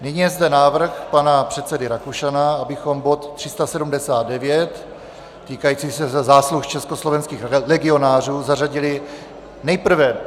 Nyní je zde návrh pana předsedy Rakušana, abychom bod 379 týkající se zásluh československých legionářů zařadili nejprve...